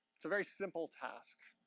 it's a very simple task.